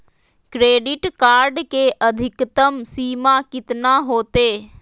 Credit card के अधिकतम सीमा कितना होते?